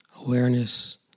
awareness